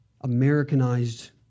Americanized